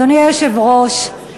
אדוני היושב-ראש,